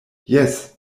jes